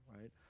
right